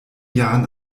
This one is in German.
jahren